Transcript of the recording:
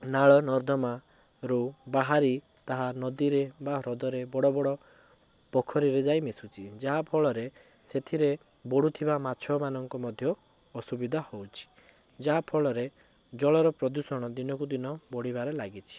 ନାଳନର୍ଦ୍ଦମାରୁ ବାହାରି ତାହା ନଦୀରେ ବା ହ୍ରଦରେ ବଡ଼ ବଡ଼ ପୋଖରୀରେ ଯାଇ ମିଶୁଛି ଯାହାଫଳରେ ସେଥିରେ ବଢୁଥିବା ମାଛମାନଙ୍କୁ ମଧ୍ୟ ଅସୁବିଧା ହଉଛି ଯାହା ଫଳରେ ଜଳର ପ୍ରଦୂଷଣ ଦିନକୁ ଦିନ ବଢ଼ିବାରେ ଲାଗିଛି